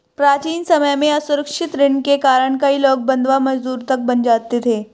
प्राचीन समय में असुरक्षित ऋण के कारण कई लोग बंधवा मजदूर तक बन जाते थे